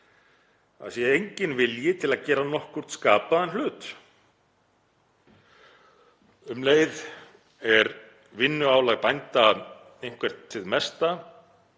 það sé enginn vilji til að gera nokkurn skapaðan hlut. Um leið er vinnuálag bænda eitthvert hið mesta,